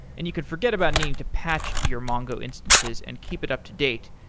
and you could forget about needing to patch your mongo instances and keep it up-to-date,